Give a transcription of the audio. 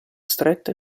stretta